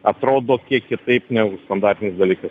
atrodo kiek kitaip negu standartinis dalykas